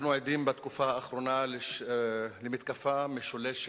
אנחנו עדים בתקופה האחרונה למתקפה משולשת,